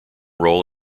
role